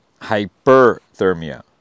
Hyperthermia